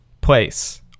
place